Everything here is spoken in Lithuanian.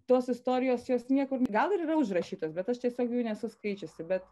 tos istorijos jos niekur gal ir yra užrašytos bet aš tiesiogiai nesu skaičiusi bet